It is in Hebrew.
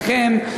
לכן,